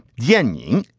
yin yang,